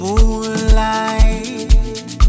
Moonlight